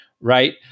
right